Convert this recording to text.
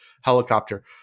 helicopter